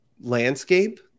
landscape